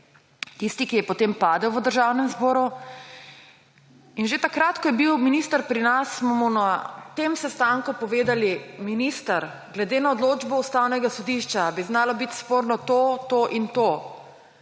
boleznih, ki je potem padel v Državnem zboru. In že takrat, ko je bil minister pri nas, smo mu na tem sestanku povedali: »Minister, glede na odločbo Ustavnega sodišča bi znalo biti sporno to, to in to.